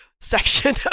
section